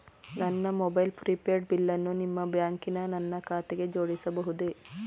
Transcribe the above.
ನನ್ನ mobile prepaid ಬಿಲ್ಲನ್ನು ನಿಮ್ಮ ಬ್ಯಾಂಕಿನ ನನ್ನ ಖಾತೆಗೆ ಜೋಡಿಸಬಹುದೇ?